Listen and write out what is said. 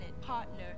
partner